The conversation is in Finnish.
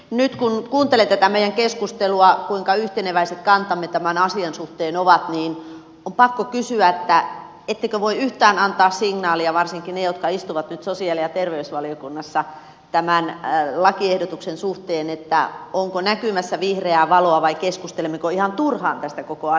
nyt kun kuuntelee tätä meidän keskusteluamme ja sitä kuinka yhteneväiset kantamme tämän asian suhteen ovat niin on pakko kysyä ettekö voi yhtään antaa signaalia varsinkin ne jotka istuvat nyt sosiaali ja terveysvaliokunnassa tämän lakiehdotuksen suhteen että onko näkymässä vihreää valoa vai keskustelemmeko ihan turhaan tästä koko asiasta